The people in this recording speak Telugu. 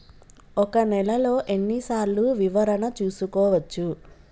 ఒక నెలలో ఎన్ని సార్లు వివరణ చూసుకోవచ్చు?